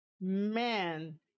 man